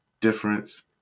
difference